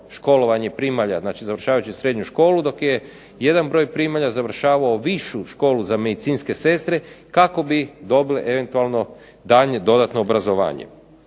školovanje primalja, znači završavajući srednju školu dok je jedan broj primalja završavao Višu školu za medicinske sestre kako bi dobile eventualno daljnje dodatno obrazovanje.